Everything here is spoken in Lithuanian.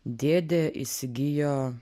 dėdė įsigijo